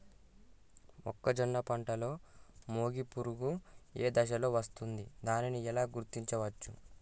మొక్కజొన్న పంటలో మొగి పురుగు ఏ దశలో వస్తుంది? దానిని ఎలా గుర్తించవచ్చు?